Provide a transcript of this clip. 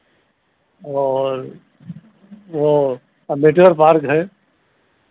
और वो अम्बेदकर पार्क है